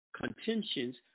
contentions